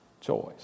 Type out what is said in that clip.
choice